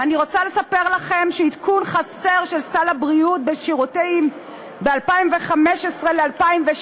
אני רוצה לספר לכם שעדכון חסר של סל הבריאות בשירותים ב-2015 ל-2016,